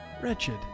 Wretched